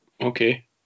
Okay